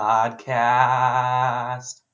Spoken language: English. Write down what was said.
Podcast